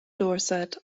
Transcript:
dorset